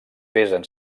pesen